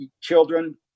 children